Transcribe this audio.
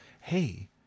hey